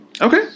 Okay